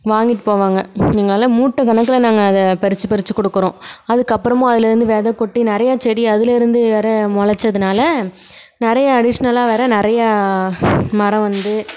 வாங்கிகிட்டு போவாங்க எங்களால் மூட்டை கணக்கில் நாங்கள் அதை பறித்து பறித்து கொடுக்குறோம் அதுக்கு அப்புறமும் அதுலேருந்து வெதை கொட்டி நிறையா செடி அதுலேருந்து வேற முளச்சதுனால நிறைய அடிஷ்னலாக வேற நிறையா மரம் வந்து